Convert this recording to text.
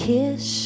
Kiss